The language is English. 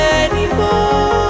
anymore